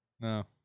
No